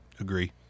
agree